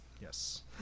Yes